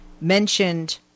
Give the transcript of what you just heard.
mentioned